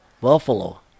buffalo